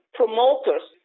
promoters